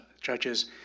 judges